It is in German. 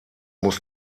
muss